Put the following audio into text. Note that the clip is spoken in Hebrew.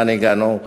לאן הגענו?